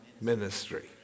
ministry